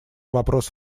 вопрос